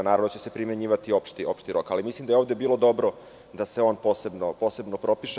Naravno da će se primenjivati opšti rok, ali mislim da je ovde bilo dobro da se on posebno propiše.